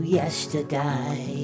yesterday